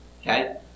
okay